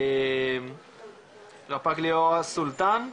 רפ"ק ליאורה סולטן,